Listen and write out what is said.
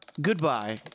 goodbye